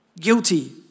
guilty